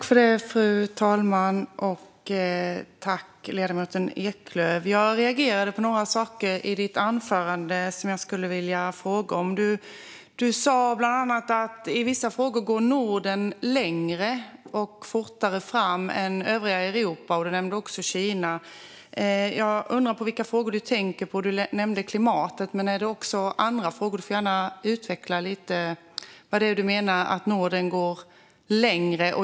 Fru talman! I ledamoten Eklöfs anförande reagerade jag på några saker som jag skulle vilja fråga om. Du sa bland annat att Norden i vissa frågor går längre och fortare fram än övriga Europa. Du nämnde även Kina. Jag undrar vilka frågor du tänker på. Du nämnde klimatet, men är det även andra frågor? Du får gärna utveckla lite vad det är du menar med att Norden går längre.